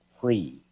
free